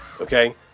okay